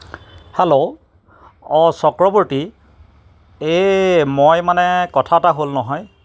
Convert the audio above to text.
hello অ' চক্ৰৱৰ্তী এ মই মানে কথা এটা হ'ল নহয়